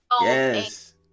Yes